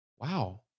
wow